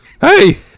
Hey